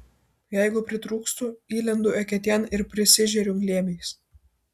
jeigu pritrūkstu įlendu eketėn ir prisižeriu glėbiais